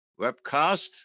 webcast